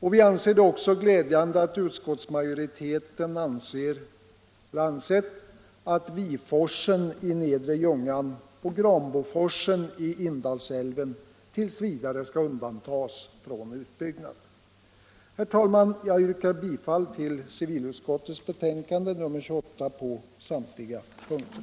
Det är också glädjande att utskottsmajoriteten ansett att Viforsen i nedre Ljungan och Granboforsen i Indalsälven t. v. skall undantas från utbyggnad. Herr talman! Jag yrkar bifall till civilutskottets hemställan i betänkande nr 28 på samtliga punkter.